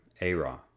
A-Raw